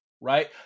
right